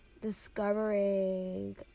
discovering